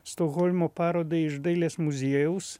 stokholmo parodai iš dailės muziejaus